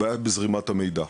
הבעיה בזרימת המידע,